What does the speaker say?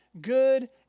good